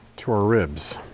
to our ribs.